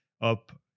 Up